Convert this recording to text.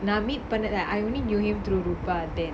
I meet பண்ணது:pannathu lah I only knew him through rupar